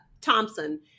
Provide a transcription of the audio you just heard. Thompson